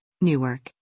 Newark